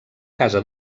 casa